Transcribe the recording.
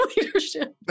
leadership